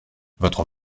votre